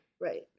right